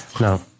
No